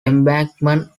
embankment